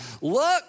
look